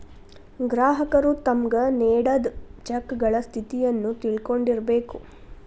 ಗ್ರಾಹಕರು ತಮ್ಗ್ ನೇಡಿದ್ ಚೆಕಗಳ ಸ್ಥಿತಿಯನ್ನು ತಿಳಕೊಂಡಿರ್ಬೇಕು